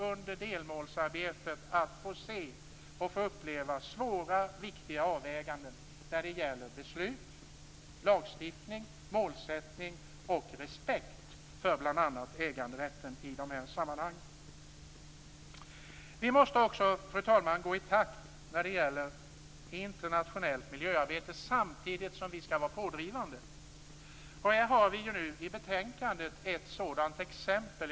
Under delmålsarbetet kommer vi att uppleva svåra, viktiga avväganden när det gäller beslut, lagstiftning, målsättning och respekt för bl.a. äganderätten. Fru talman! Vi måste också gå i takt när det gäller internationellt miljöarbete. Samtidigt skall vi vara pådrivande. I betänkandet finns ett exempel.